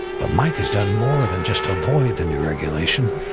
but mike has done more than just avoid the new regulation,